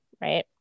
Right